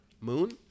Moon